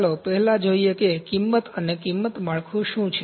ચાલો પહેલા જોઈએ કે કિંમત અને કિંમતનું માળખું શું છે